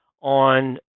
on